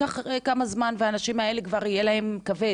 ייקח כמה זמן ולאנשים האלה זה יהיה כבר כבד.